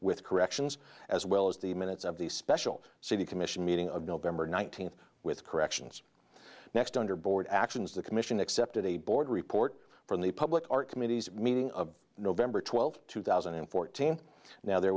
with corrections as well as the minutes of the special city commission meeting of november nineteenth with corrections next under board actions the commission accepted a board report from the public are committees meeting of november twelfth two thousand and fourteen now there